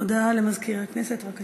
הודעה לסגן מזכירת הכנסת, בבקשה.